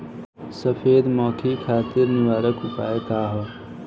सफेद मक्खी खातिर निवारक उपाय का ह?